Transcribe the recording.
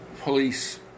police